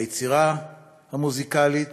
היצירה המוזיקלית,